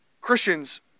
Christians